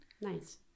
Nice